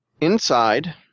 Inside